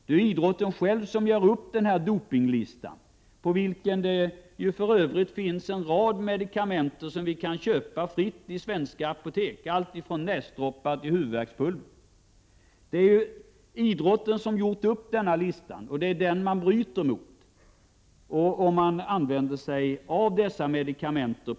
Det är idrotten själv som upprättat listan över dopingpreparat, på vilken det för övrigt finns en rad medikamenter som vi kan köpa fritt i svenska apotek, alltifrån näsdroppar till huvudvärkspulver. Det är alltså idrotten som upprättat den lista som några bryter mot då de använder sig av dessa medikamenter.